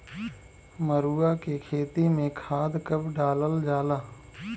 मरुआ के खेती में खाद कब डालल जाला?